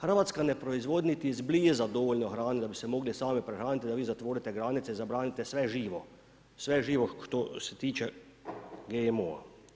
Hrvatska ne proizvodi niti izbliza dovoljno hrane da bi se mogli sami prehraniti da vi zatvorite granice i zabranite sve živo, sve živo što se tiče GMO-a.